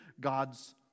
God's